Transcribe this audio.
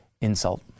insult